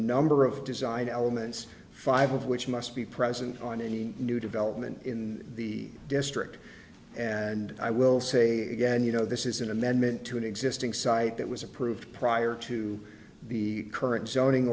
number of design elements five of which must be present on any new development in the district and i will say again you know this is an amendment to an existing site that was approved prior to the current zoning